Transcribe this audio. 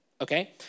okay